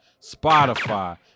Spotify